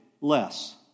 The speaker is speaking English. less